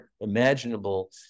imaginable